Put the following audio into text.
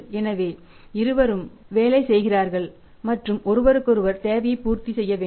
எனவே இருவரும் வேலை செய்கிறார்கள் மற்றும் ஒருவருக்கொருவர் தேவையை பூர்த்தி செய்ய வேண்டும்